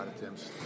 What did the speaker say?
attempts